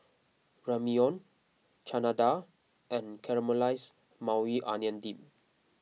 Ramyeon Chana Dal and Caramelized Maui Onion Dip